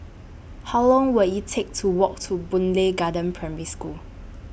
How Long Will IT Take to Walk to Boon Lay Garden Primary School